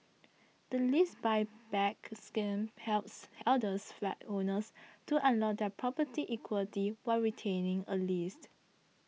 the Lease Buyback Scheme helps elders flat owners to unlock their property's equity while retaining a lease